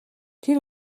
тэр